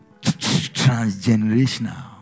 transgenerational